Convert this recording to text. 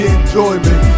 enjoyment